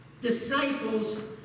Disciples